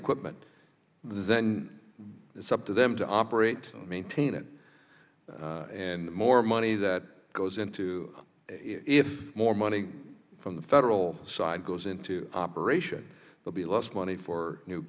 equipment then it's up to them to operate and maintain it and more money that goes into if more money from the federal side goes into operation will be lost money for new